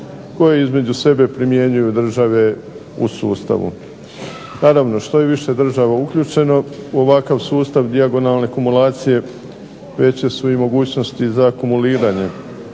koji između sebe primjenjuju države u sustavu. Naravno, što je više država uključeno u ovakav sustav dijagonalne kumulacije veće su i mogućnosti za akumuliranje